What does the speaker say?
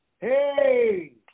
hey